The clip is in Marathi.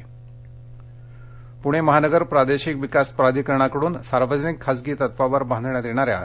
पणे मेटो पूणे महानगर प्रादेशिक विकास प्राधिकरणाकडून सार्वजनिक खासगी तत्त्वावर बांधण्यात येणाऱ्या